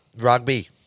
Rugby